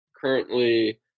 currently